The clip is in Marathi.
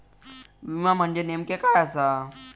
विमा म्हणजे नेमक्या काय आसा?